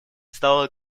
стала